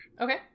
Okay